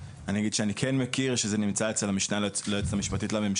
שאני כן מכיר שזה נמצא אצל המשנה ליועמ"ש לממשלה,